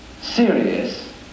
serious